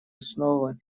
основы